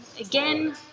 again